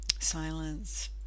silence